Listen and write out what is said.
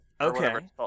Okay